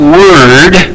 word